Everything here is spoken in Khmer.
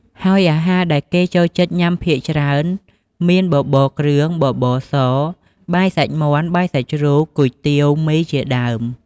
ហើយអាហារដែលគេចូលចិត្តញ៉ាំភាគច្រើនមាន បបរគ្រឿង បបរស បាយសាច់មាន់ បាយសាច់ជ្រូក គុយទាវ មី ជាដើម។